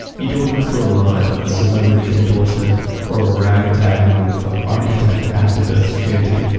you don't have to rely on a celebrity endorsement or a ragtag group of architect activists chanting,